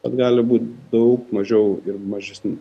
bet gali būti daug mažiau ir mažesni